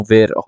Ver